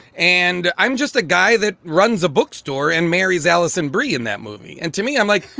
and i'm just a guy that runs a bookstore and marries allison aubrey in that movie. and to me, i'm like,